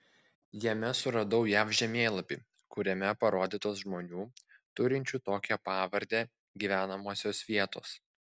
jame suradau jav žemėlapį kuriame parodytos žmonių turinčių tokią pavardę gyvenamosios vietos